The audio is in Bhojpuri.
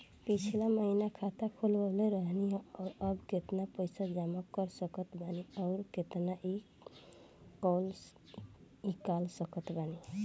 पिछला महीना खाता खोलवैले रहनी ह और अब केतना पैसा जमा कर सकत बानी आउर केतना इ कॉलसकत बानी?